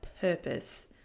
purpose